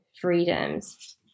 freedoms